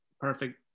perfect